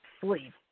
sleep